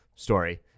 story